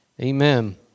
amen